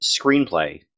screenplay